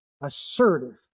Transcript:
assertive